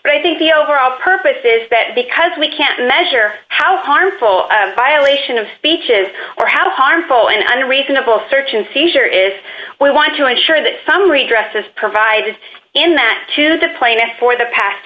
but i think the overall purpose is that because we can't measure how harmful violation of speech is or how harmful and unreasonable search and seizure is we want to ensure that some redress is provided in that to the plaintiff for the past